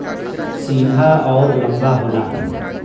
सीधा अउर लंबा होला